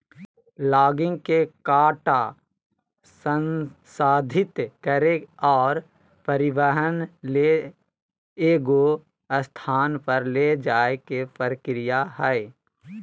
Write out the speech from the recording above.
logging के काटा संसाधित करे और परिवहन ले एगो स्थान पर ले जाय के प्रक्रिया हइ